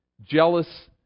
jealous